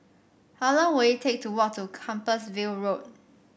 how long will it take to walk to Compassvale Road